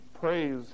praise